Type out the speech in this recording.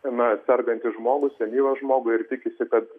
na sergantį žmogų senyvą žmogų ir tikisi kad